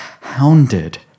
hounded